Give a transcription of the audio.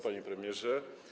Panie Premierze!